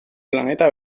planeta